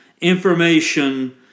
information